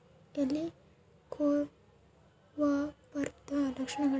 ಹೆಲಿಕೋವರ್ಪದ ಲಕ್ಷಣಗಳೇನು?